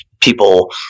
people